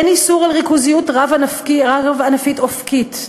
אין איסור על ריכוזיות רב-ענפית אופקית.